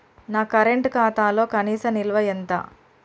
నా కరెంట్ ఖాతాలో కనీస నిల్వ ఎంత?